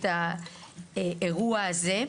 את האירוע הזה.